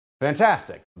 fantastic